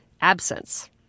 absence